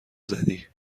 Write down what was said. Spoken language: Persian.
زدی